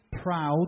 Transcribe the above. proud